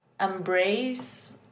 embrace